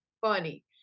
funny